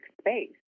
space